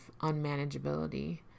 unmanageability